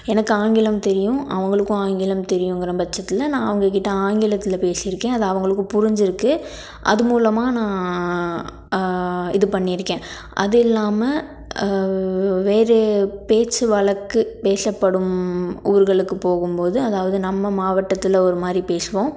எனக்கு ஆங்கிலம் தெரியும் அவங்களுக்கும் ஆங்கிலம் தெரியுங்கிற பட்சத்தில் நான் அவங்ககிட்ட ஆங்கிலத்தில் பேசிருக்கேன் அது அவர்களுக்கு புரிஞ்சிருக்குது அது மூலமா நான் இது பண்ணிருக்கேன் அது இல்லாமல் வேற பேச்சு வழக்கு பேசப்படும் ஊர்களுக்கு போகும் போது அதாவது நம்ம மாவட்டத்தில் ஒரு மாதிரி பேசுவோம்